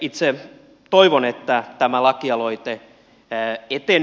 itse toivon että tämä lakialoite etenee